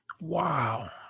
Wow